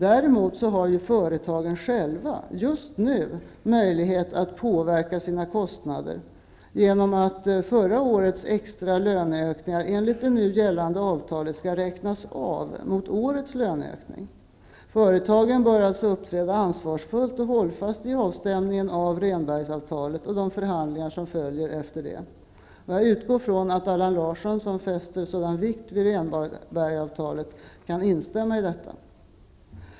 Däremot har ju företagen själva just nu möjlighet att påverka sina kostnader genom att förra årets extra löneökningar enligt det nu gällande avtalet skall räknas av mot årets löneökning. Företagen bör alltså uppträda ansvarsfullt och hållfast i avstämningen av Rehnbergavtalet och de förhandlingar som följer därefter. Jag utgår från att Allan Larsson som fäster sådan vikt vid Rehnbergavtalet instämmer i detta.